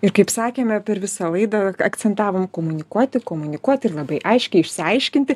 ir kaip sakėme per visą laidą akcentavom komunikuoti komunikuoti ir labai aiškiai išsiaiškinti